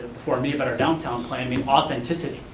before me, about our downtown plan, the authenticity.